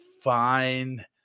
fine